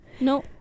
no